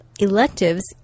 electives